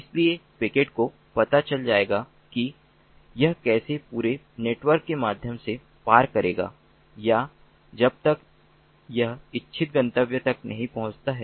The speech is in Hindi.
इसलिए पैकेट को पता चल जाएगा कि यह कैसे पूरे नेटवर्क के माध्यम से पार करेगा या जब तक यह इच्छित गंतव्य तक नहीं पहुंचता है